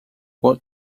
what